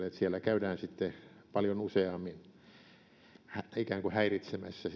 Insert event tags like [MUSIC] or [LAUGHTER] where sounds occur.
[UNINTELLIGIBLE] että metsässä käydään sitten paljon useammin ikään kuin häiritsemässä [UNINTELLIGIBLE]